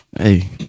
Hey